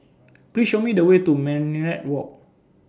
Please Show Me The Way to Minaret Walk